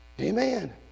Amen